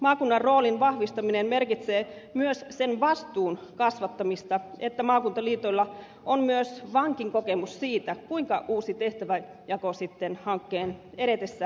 maakunnan roolin vahvistaminen merkitsee myös sen vastuun kasvattamista että maakuntaliitoilla on myös vankin kokemus siitä kuinka uusi tehtävänjako sitten hankkeen edetessä käynnistyy